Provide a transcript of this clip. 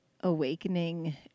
awakening